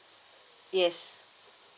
yes